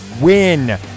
win